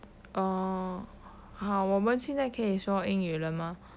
哦好我们现在可以说英语了吗